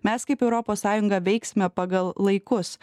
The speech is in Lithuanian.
mes kaip europos sąjunga veiksime pagal laikus